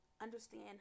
understand